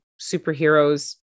superheroes